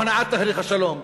או הנעת תהליך השלום,